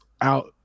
out